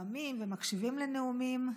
נואמים ומקשיבים לנאומים,